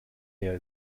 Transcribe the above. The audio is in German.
leer